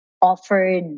offered